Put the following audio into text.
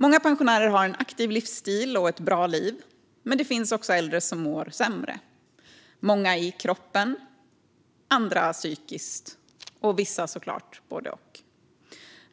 Många pensionärer har en aktiv livsstil och ett bra liv. Men det finns också äldre som mår sämre, många i kroppen, andra psykiskt och vissa givetvis både och.